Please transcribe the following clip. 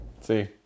See